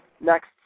next